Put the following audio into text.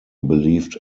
believed